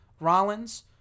Rollins